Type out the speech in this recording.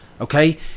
Okay